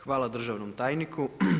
Hvala državnom tajniku.